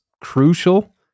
crucial